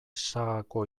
sagako